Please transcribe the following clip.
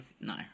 No